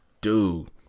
Dude